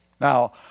Now